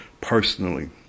personally